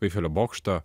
eifelio bokšto